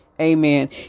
amen